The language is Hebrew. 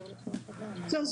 זהו.